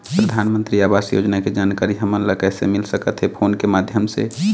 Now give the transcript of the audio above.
परधानमंतरी आवास योजना के जानकारी हमन ला कइसे मिल सकत हे, फोन के माध्यम से?